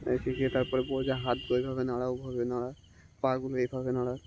শিখিয়ে তারপরে বলল যে হাতগুলো এভাবে নাড়া ওভাবে নাড়া পাগুলো এভাবে নাড়া